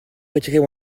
retirer